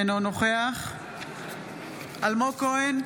אינו נוכח אלמוג כהן,